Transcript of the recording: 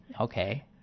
Okay